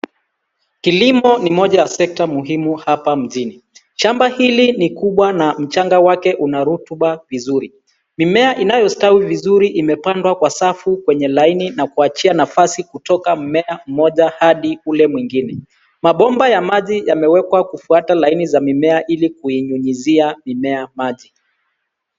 Kilimo ni moja ya sekta muhimu hapa mjini. Shamba hili ni kubwa na mchanga wake una rutuba vizur. Mimea inayostawi vizuri imepandwa kwa safu kwenye laini na kuachia nafasi kutoka mmea mmoja hadi ule mwingine. Mabomba ya maji yamewekwa kufuata laini za mimea ilikuinyunyizia mimea maji.